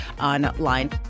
online